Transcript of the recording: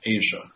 Asia